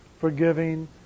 forgiving